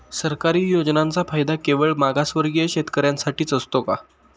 सरकारी योजनांचा फायदा केवळ मागासवर्गीय शेतकऱ्यांसाठीच असतो का?